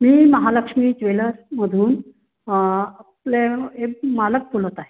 मी महालक्ष्मी ज्वेलर्समधून आपले मालक बोलत आहे